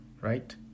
Right